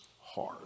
hard